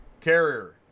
carrier